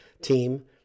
team